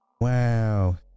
Wow